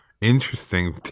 Interesting